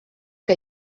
que